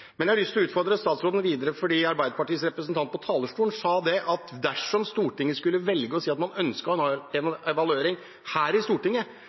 Men jeg har lyst til å utfordre statsråden videre, for Arbeiderpartiets representant på talerstolen sa at dersom Stortinget skulle velge å si at man ønsker og ha en evaluering her i Stortinget,